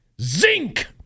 Zinc